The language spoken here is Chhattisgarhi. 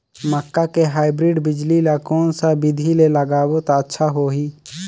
मक्का के हाईब्रिड बिजली ल कोन सा बिधी ले लगाबो त अच्छा होहि?